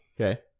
Okay